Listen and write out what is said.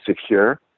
secure